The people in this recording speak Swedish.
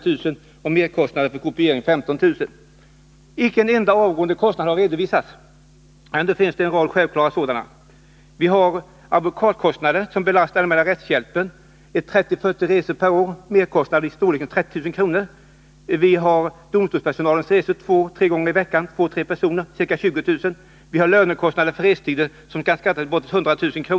Man uppskattar att det skulle bli merkostnader för kopiering med 15 000 kr. Icke en enda avgående kostnad har redovisats. Ändå finns det en rad självklara sådana. Som exempel kan nämnas advokatkostnader som belastar allmänna rättshjälpen. Man får räkna med 30-40 resor per år och en merkostnad på ca 30 000 kr. Vi måste vidare räkna med domstolspersonalens resor två tre gånger per vecka. Det rör sig om två tre personer och en kostnad på ca 20 000 kr. Vidare måste lönekostnaderna för restider uppskattas till bortåt 100 000 kr.